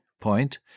point